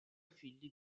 figli